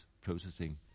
processing